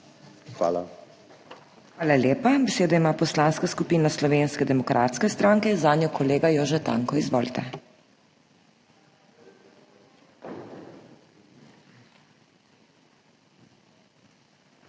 HOT: Hvala lepa. Besedo ima Poslanska skupina Slovenske demokratske stranke, zanjo kolega Jože Tanko. Izvolite!